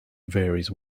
varies